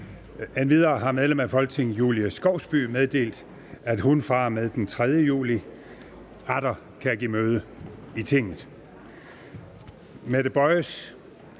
Endvidere har medlem af Folketinget Julie Skovsby meddelt, at hun fra og med den 3. juli atter kan give møde i Tinget. Mette Boyes